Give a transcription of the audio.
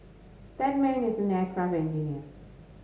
that man is an aircraft engineer